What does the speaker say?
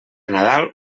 nadal